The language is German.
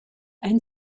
ein